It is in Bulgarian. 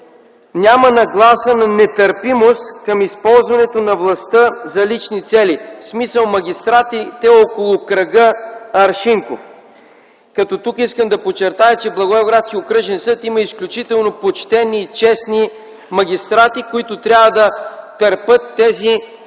няма нагласа на нетърпимост към използването на властта за лични цели, в смисъл, магистратите около кръга Аршинков. Тук искам да подчертая, че в Благоевградския окръжен съд има изключително почтени и честни магистрати, които трябва да търпят тези